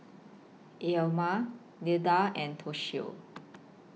Elam Leda and Toshio